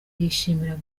yishimira